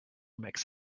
makes